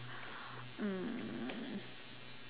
mm